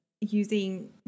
using